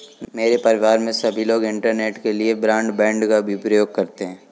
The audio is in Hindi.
मेरे परिवार में सभी लोग इंटरनेट के लिए ब्रॉडबैंड का भी प्रयोग करते हैं